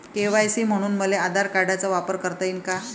KYC म्हनून मले आधार कार्डाचा वापर करता येईन का?